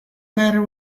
matter